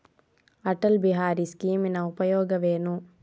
ಅಟಲ್ ಬಿಹಾರಿ ಸ್ಕೀಮಿನ ಉಪಯೋಗವೇನು?